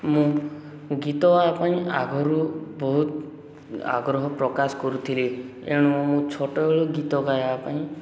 ମୁଁ ଗୀତ ଗାଇବା ପାଇଁ ଆଗରୁ ବହୁତ ଆଗ୍ରହ ପ୍ରକାଶ କରୁଥିଲି ଏଣୁ ମୁଁ ଛୋଟବେଳୁ ଗୀତ ଗାଇବା ପାଇଁ